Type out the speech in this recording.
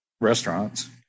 restaurants